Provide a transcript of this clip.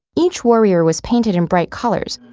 each warrior was painted in bright colors,